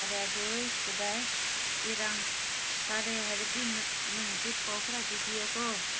ꯐꯔꯦ ꯑꯗꯨ ꯀꯗꯥꯏ ꯏꯔꯥꯡ ꯐꯔꯦ ꯍꯥꯏꯔꯗꯤ ꯅꯪꯅꯁꯨ ꯄꯥꯎ ꯈꯔ ꯄꯤꯕꯤꯌꯨ ꯀꯣ